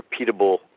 repeatable